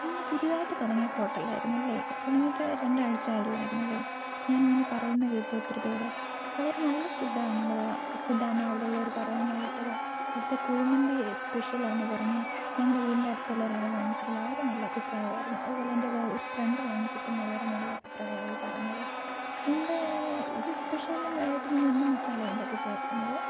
നിങ്ങൾ പുതുതായിട്ട് തുടങ്ങിയ ഹോട്ടലായിരുന്നു അല്ലേ തുടങ്ങിയിട്ട് രണ്ടാഴ്ചയെ ആയിളളായിരുന്നു അല്ലേ ഞാനിങ്ങനെ പറയുന്നത് കേട്ട് ഒത്തിരിപ്പേർ വളരെ നല്ല ഫുഡാണല്ലോ ഫുഡാന്നാ അവിടെ ഉള്ളവർ പറയുന്നത് കേട്ടത് അവിടത്തെ കുഴിമന്തി സ്പെഷ്യൽ ആന്ന് പറഞ്ഞു ഞങ്ങളെ വീടിൻ്റെ അടുത്തുള്ള ഒരാൾ വാങ്ങിച്ചിട്ട് വളരെ നല്ല അഭിപ്രായം ആയിരുന്നു അതുപോലെ എൻ്റെ വേ ഒരു ഫ്രണ്ട് വാങ്ങിച്ചിട്ട് വളരെ നല്ല അഭിപ്രായാ അവൾ പറഞ്ഞത് നിങ്ങടെ ഈ സ്പെഷ്യലിന് ആയിട്ട് നിങ്ങൾ എന്ത് മസാലയാ അതിൻ്റകത്ത് ചേർക്കുന്നത്